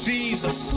Jesus